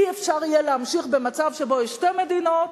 אי-אפשר להמשיך במצב שבו יש שתי מדינות,